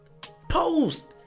Post